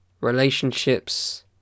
relationships